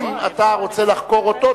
אם אתה רוצה לחקור אותו,